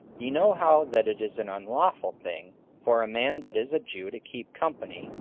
ye know how that it is an unlawful thing for a man that is a jew to keep company,